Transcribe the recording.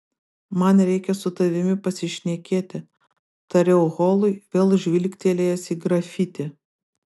man reikia su tavimi pasišnekėti tariau holui vėl žvilgtelėjęs į grafitį